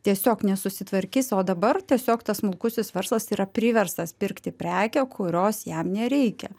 tiesiog nesusitvarkys o dabar tiesiog tas smulkusis verslas yra priverstas pirkti prekę kurios jam nereikia